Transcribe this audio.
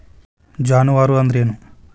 ಜಾನುವಾರು ಅಂದ್ರೇನು?